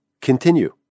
continue